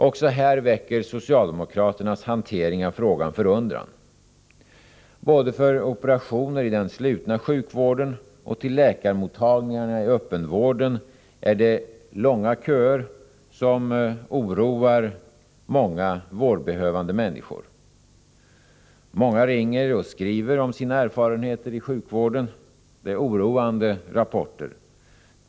Också här väcker socialdemokraternas hantering av frågan förundran. Både för operationer i den slutna sjukvården och till läkarmottagningarna i öppenvården är det långa köer som oroar många vårdbehövande människor. Många ringer och skriver om sina erfarenheter i sjukvården. Det är oroande rapporter.